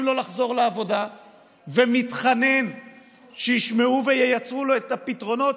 לו לחזור לעבודה ומתחנן שישמעו וייצרו לו את הפתרונות,